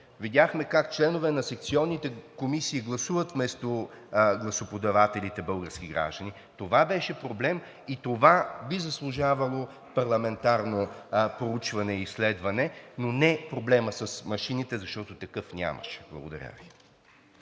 Видяхме как членове на секционните комисии гласуват вместо гласоподавателите – български граждани. Това беше проблем и това би заслужавало парламентарно проучване и изследване, а не проблемът с машините, защото такъв нямаше. Благодаря Ви.